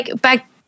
back